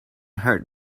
hurt